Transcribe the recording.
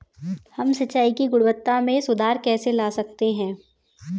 हम सिंचाई की गुणवत्ता में सुधार कैसे ला सकते हैं?